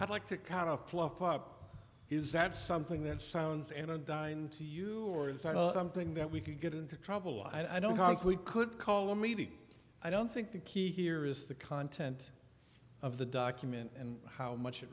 i'd like to kind of fluff up is that something that sounds and i dined to you or something that we could get into trouble i don't think we could call a meeting i don't think the key here is the content of the document and how much it